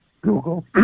Google